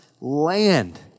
land